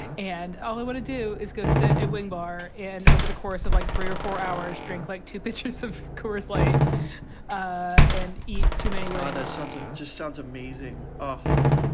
and all i want to do is go sit at wing. bar and over the course of like three or four hours, drink like two pitchers, of course, late and eat too many want a sense of just sounds amazing. oh, yeah,